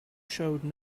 showed